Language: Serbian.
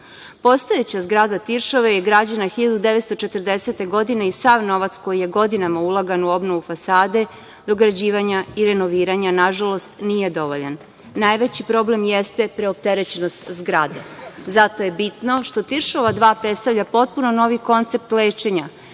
zgrada Tiršove je građena 1940. godine i sav novac koji je godinama ulagan u obnovu fasade, dograđivanja i renoviranja, nažalost, nije dovoljan. Najveći problem jeste preopterećenost zgrade. Zato je bitno što Tiršova 2 predstavlja potpuno novi koncept lečenja,